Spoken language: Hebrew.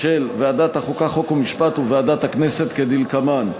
של ועדת החוקה, חוק ומשפט וועדת הכנסת, כדלקמן: